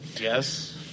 Yes